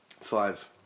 five